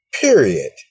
Period